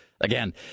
again